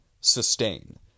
sustain